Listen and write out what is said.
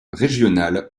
régional